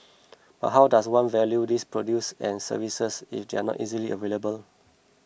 but how does one value these produce and services if they are not easily available